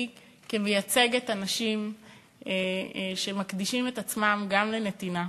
היא, כמייצגת אנשים שמקדישים את עצמם גם לנתינה.